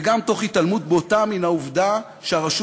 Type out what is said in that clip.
וגם תוך התעלמות בוטה מן העובדה שהרשות